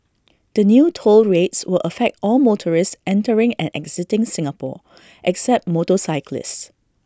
the new toll rates will affect all motorists entering and exiting Singapore except motorcyclists